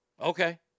Okay